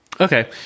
okay